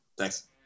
Thanks